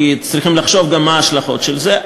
כי צריכים לחשוב גם מה ההשלכות של זה.